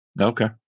Okay